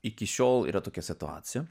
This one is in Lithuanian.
iki šiol yra tokia situacija